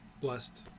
blessed